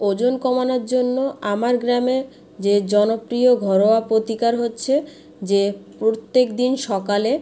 ওজন কমানোর জন্য আমার গ্রামে যে জনপ্রিয় ঘরোয়া প্রতিকার হচ্ছে যে প্রত্যেক দিন সকালে